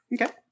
Okay